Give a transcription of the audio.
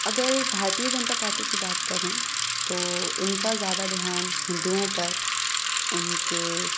اگر بھارتیہ جنتا پارٹی کی بات کریں تو ان کا زیادہ دھیان ہندوؤں پر ان کے